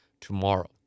tomorrow